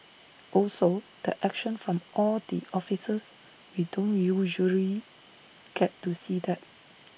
also the action from all the officers we don't usually get to see that